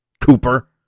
Cooper